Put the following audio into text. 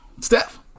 Steph